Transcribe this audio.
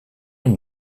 une